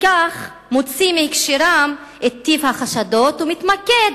בכך הוא מוציא מהקשרו את טיב החשדות ומתמקד